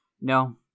No